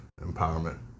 empowerment